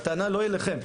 הטענה היא לא אליכם,